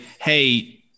hey